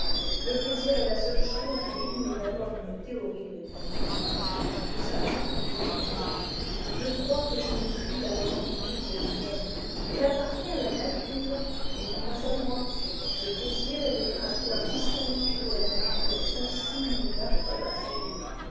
le plaisir est la seule chose digne d'avoir une théorie répondit-il de sa lente voix mélodieuse je crois que je ne puis la revendiquer comme mienne elle appartient à la nature et non pas à moi le plaisir est le caractère distinctif de la nature son signe d'approbation